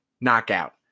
knockout